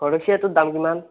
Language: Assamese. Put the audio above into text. ঘৰচীয়াটোৰ দাম কিমান